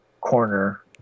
corner